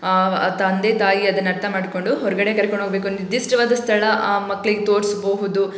ತಂದೆ ತಾಯಿ ಅದನ್ನು ಅರ್ಥ ಮಾಡಿಕೊಂಡು ಹೊರಗಡೆ ಕರ್ಕೊಂಡೋಗಬೇಕು ನಿರ್ದಿಷ್ಟ್ವಾದ ಸ್ಥಳ ಆ ಮಕ್ಳಿಗೆ ತೋರಿಸ್ಬಹುದು